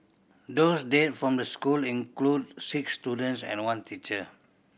those dead from the school include six students and one teacher